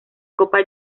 copa